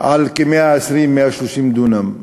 על 120 130 דונם,